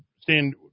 stand